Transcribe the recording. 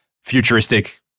futuristic